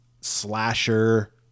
slasher